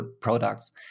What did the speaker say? products